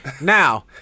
Now